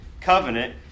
covenant